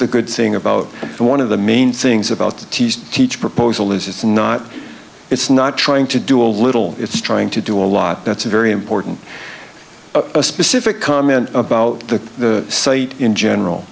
the good thing about and one of the main things about the teas teach proposal is it's not it's not trying to do a little it's trying to do a lot that's very important a specific comment about the site in general